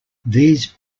these